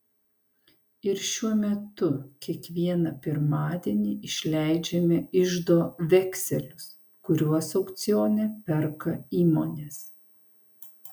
ir šiuo metu kiekvieną pirmadienį išleidžiame iždo vekselius kuriuos aukcione perka įmonės